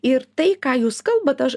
ir tai ką jūs kalbat aš